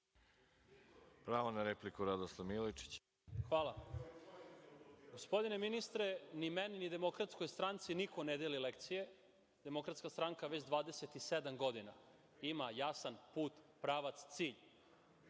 Gospodine ministre, ni meni ni Demokratskoj stranci niko ne deli lekcije. Demokratska stranka već 27 godina ima jasan put, pravac, cilj.